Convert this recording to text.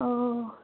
অঁ